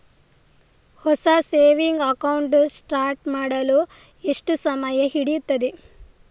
ಹೊಸ saving account start ಮಾಡಲು ಎಷ್ಟು ಸಮಯ ಹಿಡಿಯುತ್ತದೆ?